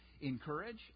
encourage